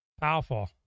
Powerful